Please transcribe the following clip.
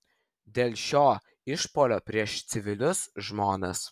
dėl šio išpuolio prieš civilius žmones